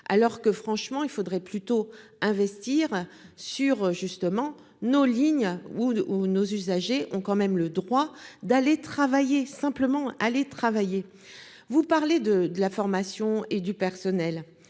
françaises. Franchement, il faudrait plutôt investir dans nos lignes : nos usagers ont tout de même le droit d'aller travailler ! Oui, simplement aller travailler ! Vous parlez de formation et de personnel.